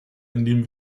indem